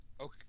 okay